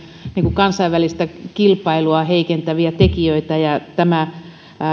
kansainvälistä kilpailua heikentäviä tekijöitä tämä